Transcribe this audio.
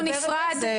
לפיה עולה שאף גוף